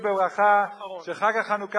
בברכה שחג החנוכה,